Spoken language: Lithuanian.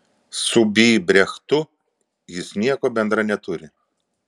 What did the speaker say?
su b brechtu jis nieko bendra neturi